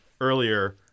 earlier